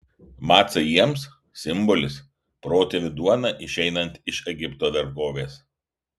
macai jiems simbolis protėvių duona išeinant iš egipto vergovės